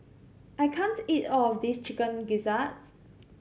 I can't eat all of this Chicken Gizzard